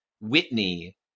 Whitney